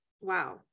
wow